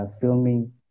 filming